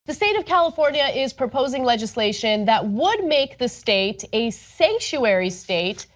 the state of california is proposing legislation that would make the state a sanctuary state,